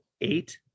eight